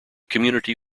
community